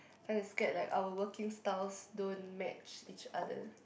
cause I scared like our working styles don't match each other